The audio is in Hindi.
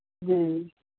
जी